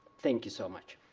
thank you so much.